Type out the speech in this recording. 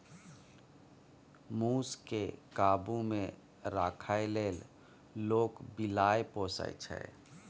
मुस केँ काबु मे राखै लेल लोक बिलाइ पोसय छै